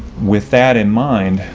with that in mind,